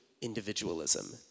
individualism